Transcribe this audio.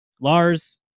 Lars